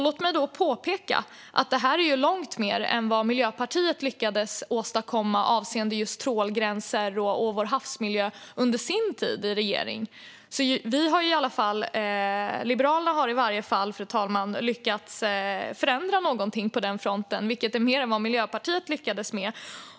Låt mig då påpeka att detta är långt mer än vad Miljöpartiet lyckades åstadkomma avseende trålgränser och vår havsmiljö under sin tid i regering. Liberalerna har i varje fall, fru talman, lyckats förändra någonting på den fronten, vilket är mer än vad Miljöpartiet lyckades med.